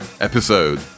episode